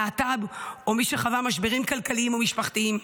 להט"ב או מי שחווה משברים כלכליים או משפחתיים.